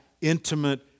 intimate